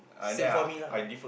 same for me lah